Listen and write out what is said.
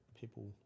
people